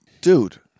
Dude